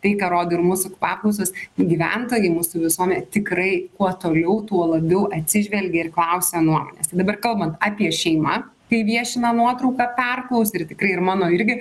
tai ką rodo ir mūsų paklausos gyventojai mūsų visuomenė tikrai kuo toliau tuo labiau atsižvelgia ir klausia nuo dabar kalbant apie šeimą kai viešina nuotrauką perklaus ir tikrai ir mano irgi